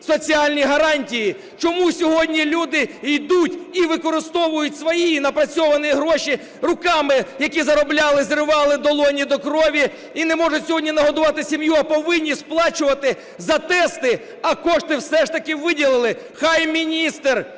соціальні гарантії? Чому сьогодні люди йдуть і використовують свої напрацьовані гроші, роками які заробляли, зривали долоні до крові, і не можуть сьогодні нагодувати сім'ю, а повинні сплачувати за тести, а кошти все ж таки виділили? Нехай міністр